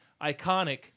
iconic